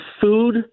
food